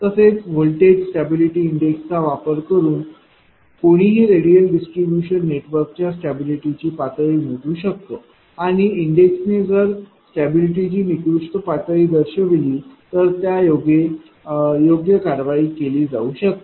तसेच voltage stability इंडेक्सचा वापर करून कोणीही रेडियल डिस्ट्रीब्यूशन नेटवर्कच्या स्टॅबिलिटीची पातळी मोजू शकतो आणि इंडेक्स ने जर स्टॅबिलिटीची निकृष्ट पातळी दर्शविली तर त्यायोगे योग्य कारवाई केली जाऊ शकते